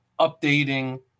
updating